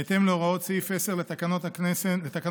בהתאם להוראות סעיף 10 לתקנון הכנסת,